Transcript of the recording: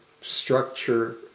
structure